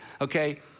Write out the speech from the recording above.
okay